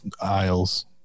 aisles